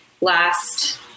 last